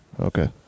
Okay